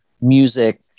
music